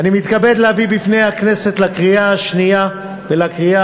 אני מתכבד להביא בפני הכנסת לקריאה השנייה ולקריאה